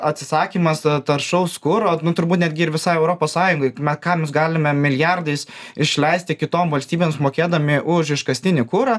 atsisakymas taršaus kuro nu turbūt netgi ir visai europos sąjungai ką mes galime milijardais išleisti kitom valstybėms mokėdami už iškastinį kurą